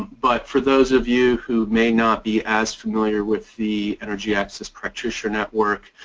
but for those of you who may not be as familiar with the energy access practitioner network